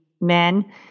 men